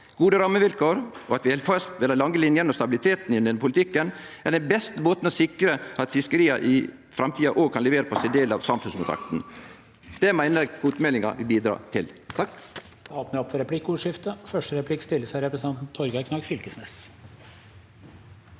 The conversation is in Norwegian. Gode rammevilkår og at vi held fast ved dei lange linjene og stabiliteten i denne politikken, er den beste måten for å sikre at fiskeria i framtida òg kan levere på sin del av samfunnskontrakten. Det meiner eg kvotemeldinga vil bidra til.